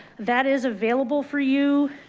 that is available for you